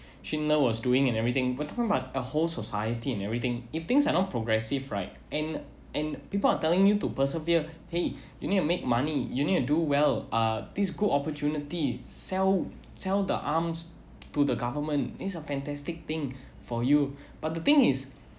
schindler was doing and everything but talking about a whole society and everything if things are not progressive right and and people are telling you to persevere !hey! you need to make money you need to do well uh these good opportunity sell sell the arms to the government is a fantastic thing for you but the thing is